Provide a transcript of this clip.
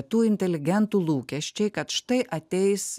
tų inteligentų lūkesčiai kad štai ateis